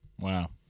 Wow